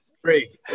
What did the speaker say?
Three